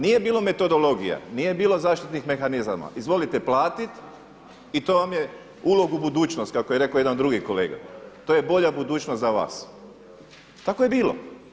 Nije bilo metodologija, nije bilo zaštitnih mehanizama, izvolite platit i to vam je ulog u budućnost kako je rekao jedan drugi kolega, to je bolja budućnost za vas, tako je bilo.